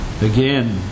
Again